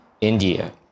India